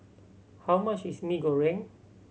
how much is Mee Goreng